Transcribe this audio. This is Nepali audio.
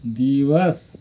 दिवस